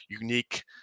unique